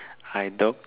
I doubt